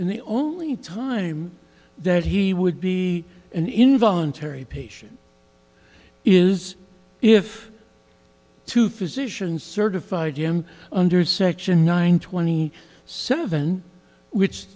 and the only time that he would be an involuntary patient is if two physicians certified him under section nine twenty seven which